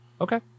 Okay